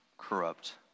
corrupt